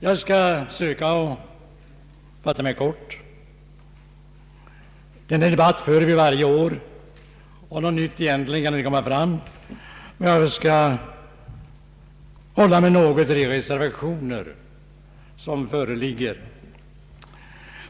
Jag skall söka fatta mig kort — vi för denna debatt varje år, och något nytt kommer egentligen inte fram — och önskar hålla mig till de reservationer som föreligger.